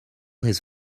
his